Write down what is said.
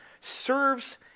serves